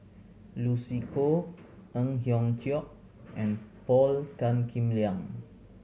Lucy Koh Ang Hiong Chiok and Paul Tan Kim Liang